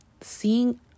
seeing